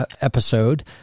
episode